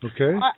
Okay